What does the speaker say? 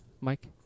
Mike